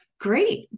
Great